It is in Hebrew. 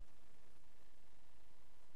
אנחנו